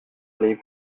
allez